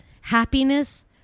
Happiness